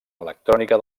electrònica